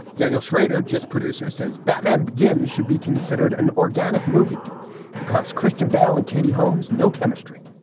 daniel shrader, just producer, says batman begins should be considered an organic movie because christian bale and katie holmes know chemistry.